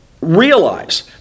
realize